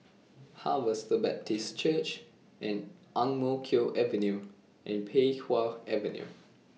Harvester Baptist Church Ang Mo Kio Avenue and Pei Wah Avenue